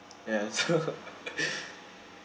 ya so